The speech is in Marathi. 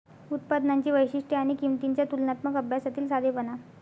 उत्पादनांची वैशिष्ट्ये आणि किंमतींच्या तुलनात्मक अभ्यासातील साधेपणा